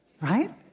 Right